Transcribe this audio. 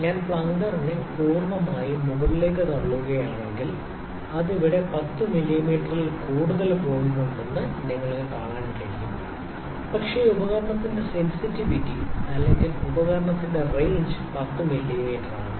ഞാൻ പ്ലങ്കറിനെ പൂർണ്ണമായും മുകളിലേക്ക് തള്ളുകയാണെങ്കിൽ അത് ഇവിടെ 10 മില്ലിമീറ്ററിൽ കൂടുതൽ പോയിട്ടുണ്ടെന്ന് നിങ്ങൾക്ക് കാണാൻ കഴിയും പക്ഷേ ഉപകരണത്തിന്റെ സെൻസിറ്റീവിറ്റി അല്ലെങ്കിൽ ഉപകരണത്തിന്റെ റേഞ്ച് 10 മില്ലീമീറ്ററാണ്